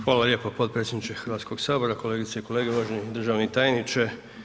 Hvala lijepo potpredsjedniče Hrvatskog sabora, kolegice i kolege, uvaženi državni tajniče.